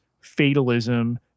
fatalism